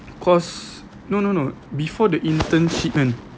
cause no no no before the internship kan